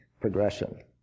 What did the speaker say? progression